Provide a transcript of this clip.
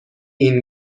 اون